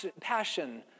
passion